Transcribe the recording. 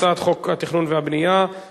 ההצעה להעביר את הצעת חוק התכנון והבנייה (תיקון